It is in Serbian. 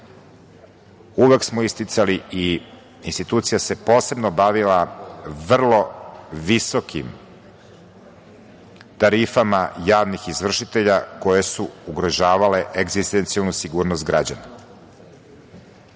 uvek smo isticali i institucija se posebno bavila vrlo visokim tarifama javnih izvršitelja koje su ugrožavala egzistencionalnu sigurnost građana.